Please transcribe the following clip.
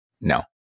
No